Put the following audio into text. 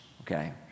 okay